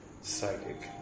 psychic